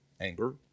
anger